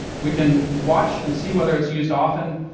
we can watch and see whether it's used often,